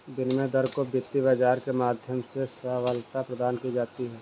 विनिमय दर को वित्त बाजार के माध्यम से सबलता प्रदान की जाती है